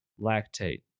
lactate